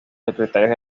secretarios